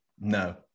No